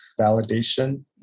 validation